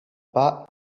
pas